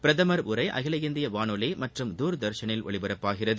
பிரதமின் உரை அகில இந்திய வானொலி மற்றும் தூர்தர்ஷனில் ஒலிபரப்பாகிறது